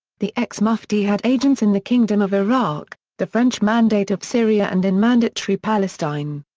the ex-mufti had agents in the kingdom of iraq, the french mandate of syria and in mandatory palestine.